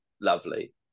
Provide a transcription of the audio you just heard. lovely